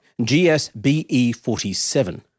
GSBE47